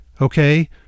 okay